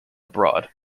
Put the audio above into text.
abroad